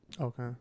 Okay